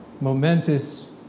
momentous